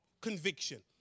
conviction